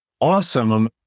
awesome